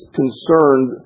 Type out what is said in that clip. concerned